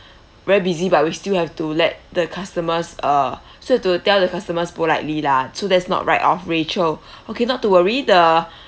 very busy but we still have to let the customers uh still have to tell the customers politely lah so that's not right of rachel okay not to worry the